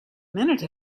minute